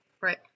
Right